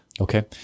Okay